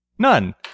None